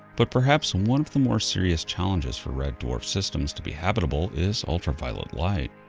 but perhaps um one of the more serious challenges for red dwarf systems to be habitable is ultra violet light.